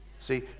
See